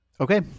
okay